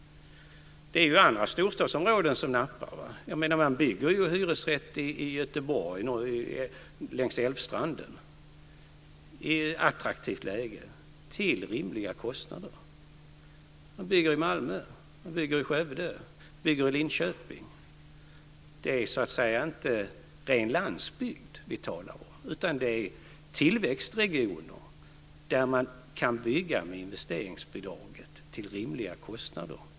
Det är ju andra storstadsområden som nappar. Man bygger hyresrätt i Göteborg längs älvstranden på attraktivt läge till rimliga kostnader. Man bygger i Malmö. Man bygger i Skövde. Man bygger i Linköping. Det är inte ren landsbygd vi talar om, utan det är tillväxtregioner där man kan bygga med investeringsbidraget till rimliga kostnader.